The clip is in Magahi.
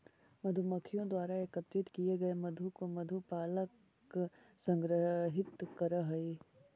मधुमक्खियों द्वारा एकत्रित किए गए मधु को मधु पालक संग्रहित करअ हई